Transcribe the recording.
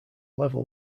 level